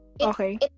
Okay